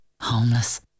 Homeless